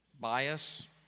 bias